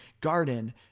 garden